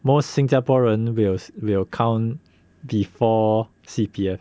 most 新加坡人 will will count before C_P_F